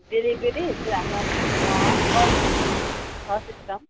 delivery त्यो हामी अँ गर्छौँ छ सिस्टम